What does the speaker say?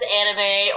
anime